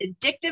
addictive